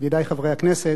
ידידי חברי הכנסת,